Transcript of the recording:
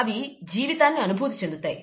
అవి జీవితాన్ని అనుభూతి చెందుతాయి